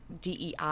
DEI